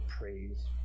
praise